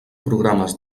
programes